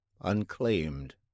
unclaimed